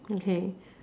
okay